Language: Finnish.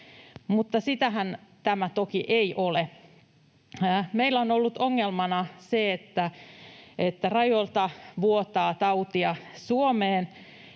Mutta sitähän tämä toki ei ole. Meillä on ollut ongelmana se, että rajoilta vuotaa tautia Suomeen,